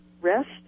rest